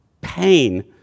pain